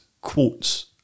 quotes